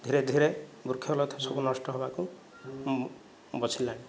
ଧୀରେ ଧୀରେ ବୃକ୍ଷଲତା ସବୁ ନଷ୍ଟ ହବାକୁ ବସିଲାଣି